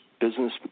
business